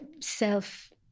self